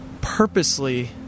purposely